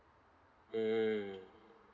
mm